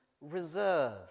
reserve